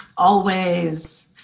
always!